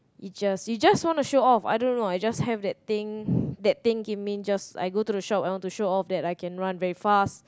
itches you just want to show off I don't know I just have that thing that thing it mean just I go to the shop I want to show off that I can run very fast